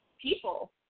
people